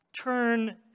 turn